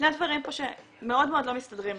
שני דברים פה שמאוד מאוד לא מסתדרים לי,